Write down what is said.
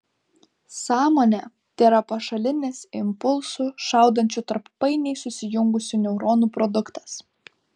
sąmonė tėra pašalinis impulsų šaudančių tarp painiai susijungusių neuronų produktas